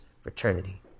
fraternity